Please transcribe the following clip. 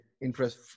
interest